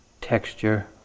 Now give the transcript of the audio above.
texture